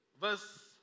verse